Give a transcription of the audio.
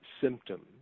symptoms